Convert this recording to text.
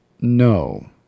No